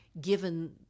given